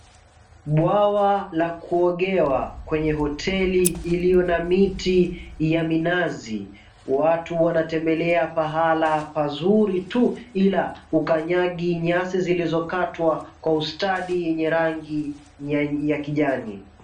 Bwawa la kuogewa kwenye hoteli iliyo na miti ya minazi, watu wanatembelea pahala pazuri tu ila hukanyagi nyasi zilizokatwa kwa ustadi wenye rangi ya kijani.